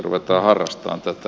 ruvetaan harrastamaan tätä